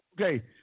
okay